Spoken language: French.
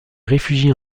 réfugie